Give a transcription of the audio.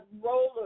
roller